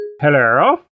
Hello